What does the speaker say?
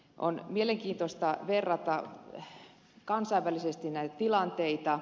on mielenkiintoista verrata kansainvälisesti näitä tilanteita